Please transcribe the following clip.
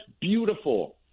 beautiful